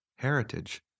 heritage